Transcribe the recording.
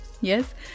yes